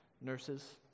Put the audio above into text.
nurses